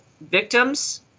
victims